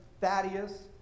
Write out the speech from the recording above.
Thaddeus